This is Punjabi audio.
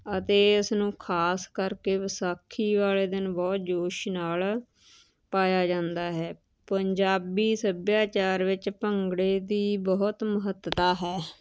ਅਤੇ ਇਸਨੂੰ ਖ਼ਾਸ ਕਰਕੇ ਵਿਸਾਖੀ ਵਾਲੇ ਦਿਨ ਬਹੁਤ ਜੋਸ਼ ਨਾਲ ਪਾਇਆ ਜਾਂਦਾ ਹੈ ਪੰਜਾਬੀ ਸੱਭਿਆਚਾਰ ਵਿੱਚ ਭੰਗੜੇ ਦੀ ਬਹੁਤ ਮਹੱਤਤਾ ਹੈ